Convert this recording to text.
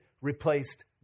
replaced